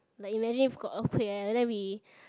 like imagine if got earthquake eh then we